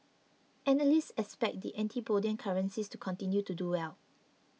analysts expect the antipodean currencies to continue to do well